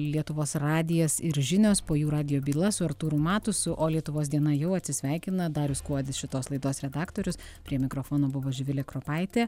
lietuvos radijas ir žinios po jų radijo byla su artūru matusu o lietuvos diena jau atsisveikina darius kuodis šitos laidos redaktorius prie mikrofono buvo živilė kropaitė